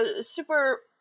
super